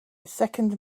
second